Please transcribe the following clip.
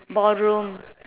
ballroom